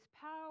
power